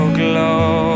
glow